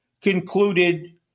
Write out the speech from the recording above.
concluded